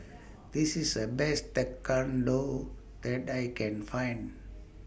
This IS The Best Tekkadon that I Can Find